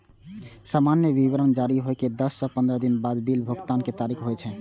सामान्यतः विवरण जारी होइ के दस सं पंद्रह दिन बाद बिल भुगतानक तारीख होइ छै